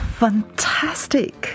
fantastic